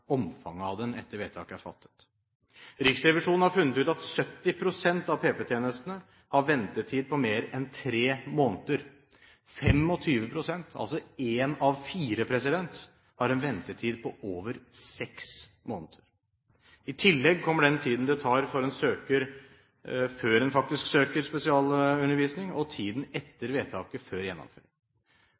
omfanget av den etter at vedtak er fattet. Riksrevisjonen har funnet ut at 70 pst. av PP-tjenestene har ventetid på mer en tre måneder. 25 pst., altså én av fire, har en ventetid på over seks måneder. I tillegg kommer den tiden det tar før en faktisk søker om spesialundervisning, og tiden etter vedtaket før gjennomføring.